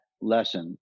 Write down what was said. lesson